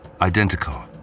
identical